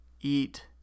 eat